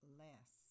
less